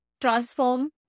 transform